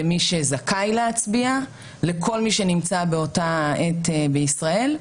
למי שזכאי להצביע, לכל מי שנמצא באותה העת בישראל.